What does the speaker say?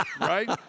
right